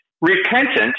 repentant